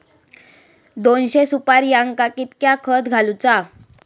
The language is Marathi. दोनशे सुपार्यांका कितक्या खत घालूचा?